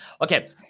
Okay